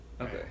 okay